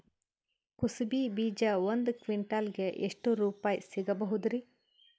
ಕುಸಬಿ ಬೀಜ ಒಂದ್ ಕ್ವಿಂಟಾಲ್ ಗೆ ಎಷ್ಟುರುಪಾಯಿ ಸಿಗಬಹುದುರೀ?